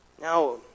Now